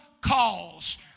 cause